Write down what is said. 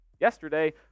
Yesterday